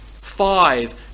Five